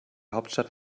hauptstadt